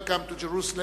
Welcome to Jerusalem,